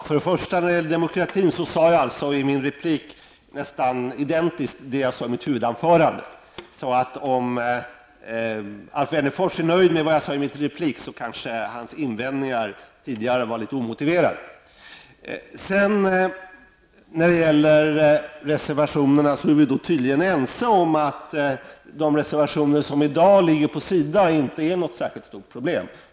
Fru talman! När det gäller demokratin sade jag i min replik nästan exakt detsamma som i mitt huvudanförande. Så om Alf Wennerfors är nöjd med vad jag sade i min replik kanske hans invändningar tidigare var litet omotiverade. Vi är tydligen ense om att de reservationer som i dag ligger på SIDA inte är något särskilt stort problem.